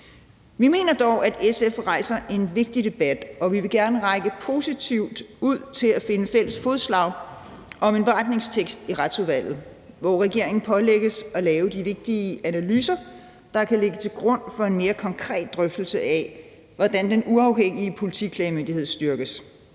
Vi mener dog, at SF rejser en vigtig debat, og vi vil gerne række positivt ud for at finde fælles fodslag om en beretningstekst i Retsudvalget, hvor regeringen pålægges at lave de vigtige analyser, der kan ligge til grund for en mere konkret drøftelse af, hvordan Den Uafhængige Politiklagemyndighed styrkes,